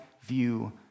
view